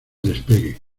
despegue